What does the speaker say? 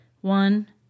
One